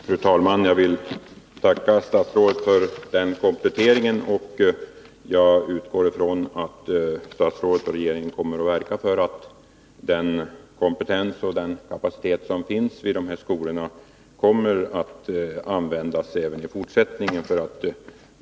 Fru talman! Jag vill tacka statsrådet för den kompletteringen, och jag utgår från att statsrådet och regeringen kommer att verka för att den kompetens och den kapacitet som finns vid de här skolorna används även i fortsättningen.